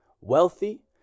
wealthy